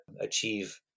achieve